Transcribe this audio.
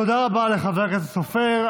תודה רבה לחבר הכנסת סופר.